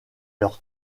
leur